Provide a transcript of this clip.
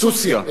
סוסיא.